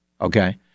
okay